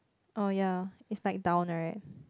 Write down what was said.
oh ya it's like down right